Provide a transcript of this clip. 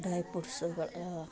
ಡಯ ಫ್ರೂಟ್ಸ್ಗಳು